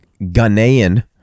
Ghanaian